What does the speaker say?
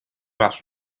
must